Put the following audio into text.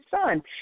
son